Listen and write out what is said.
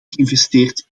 geïnvesteerd